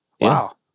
Wow